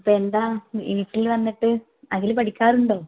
ഇപ്പോൾ എന്താ വീട്ടിൽ വന്നിട്ട് അഖില് പഠിക്കാറുണ്ടോ